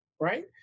right